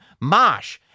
Mosh